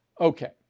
Okay